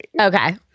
okay